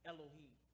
Elohim